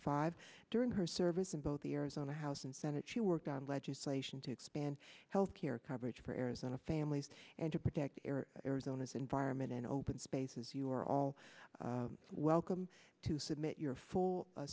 five during her service in both the arizona house and senate she worked on legislation to expand health care coverage for arizona families and to protect air arizona's environment and open spaces you're all welcome to submit your full